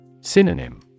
Synonym